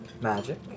Magic